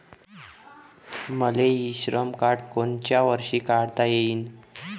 मले e Shram card कोनच्या वर्षी काढता येईन?